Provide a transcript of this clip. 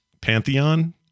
pantheon